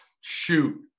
shoot